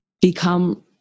become